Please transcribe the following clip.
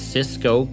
Cisco